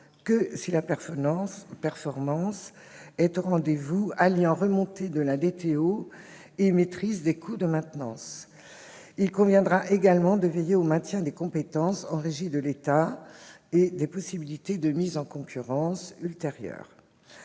de la disponibilité technique opérationnelle, la DTO, et maîtrise des coûts de maintenance. Il conviendra également de veiller au maintien des compétences en régie de l'État et des possibilités de mise en concurrence ultérieure.